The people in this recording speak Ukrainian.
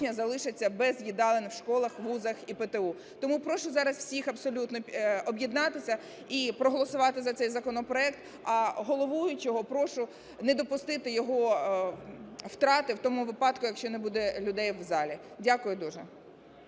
залишаться без їдалень в школах, вузах і ПТУ. Тому прошу зараз всіх абсолютно об'єднатися і проголосувати за цей законопроект, а головуючого прошу не допустити його втрати в тому випадку, якщо не буде людей в залі. Дякую дуже.